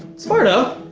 sparta,